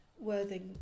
Worthing